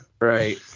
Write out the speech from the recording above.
Right